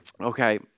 okay